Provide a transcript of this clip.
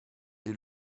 est